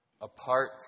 apart